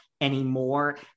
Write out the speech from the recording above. anymore